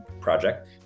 project